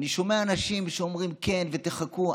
ואני שומע אנשים שאומרים: כן, תחכו.